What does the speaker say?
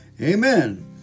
Amen